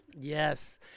Yes